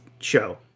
show